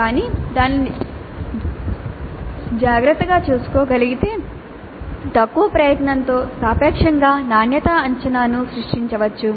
కానీ దానిని జాగ్రత్తగా చూసుకోగలిగితే తక్కువ ప్రయత్నంతో సాపేక్షంగా నాణ్యతా అంచనాను సృష్టించవచ్చు